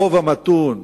הרוב המתון,